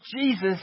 Jesus